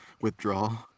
Withdrawal